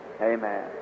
Amen